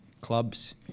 clubs